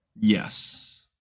yes